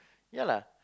yeah lah